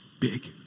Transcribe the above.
big